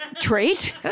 trait